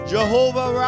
Jehovah